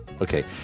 Okay